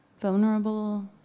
vulnerable